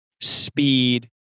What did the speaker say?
speed